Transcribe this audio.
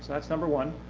that's number one.